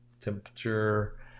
temperature